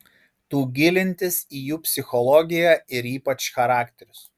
tų gilintis į jų psichologiją ir ypač charakterius